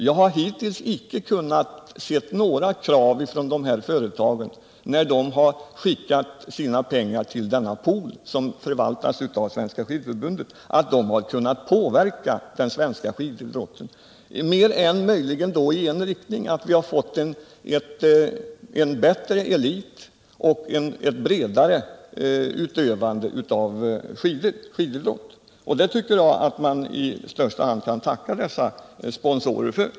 Jag har hittills icke sett några krav från de här företagen när de har skickat sina pengar till den pool som förvaltas av Svenska skidförbundet, eller att de har kunnat påverka den svenska skididrotten — mer än möjligen i en riktning, nämligen att vi har fått en bättre elit och ett bredare utövande av skididrott. Det tycker jagatt viistor utsträckning kan tacka dessa sponsorer för.